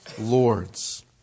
lords